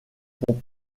pas